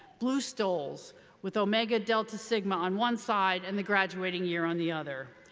blue stoles with omega delta sigma on one side and the graduating year on the other.